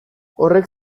horrek